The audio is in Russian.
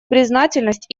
признательность